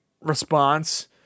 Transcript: response